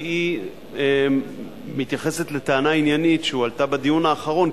כי היא מתייחסת לטענה עניינית שהועלתה בדיון האחרון,